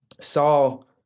Saul